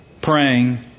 praying